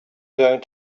going